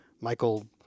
Michael